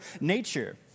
nature